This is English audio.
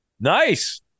Nice